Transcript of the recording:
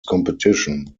competition